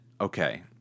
okay